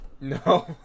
no